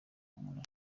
umuntu